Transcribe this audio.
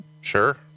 Sure